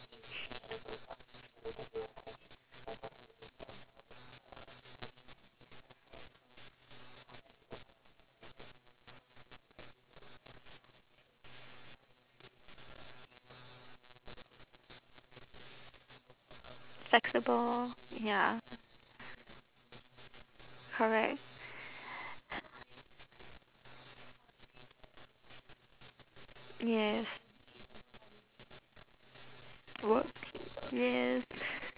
flexible ya correct yes work yes